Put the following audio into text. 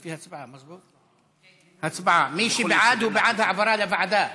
מי שבעד, הוא בעד העברה לוועדה.